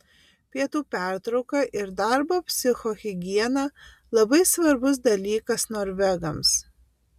pietų pertrauka ir darbo psichohigiena labai svarbus dalykas norvegams